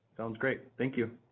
sounds great. thank you.